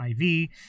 IV